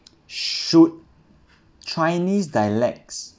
should chinese dialects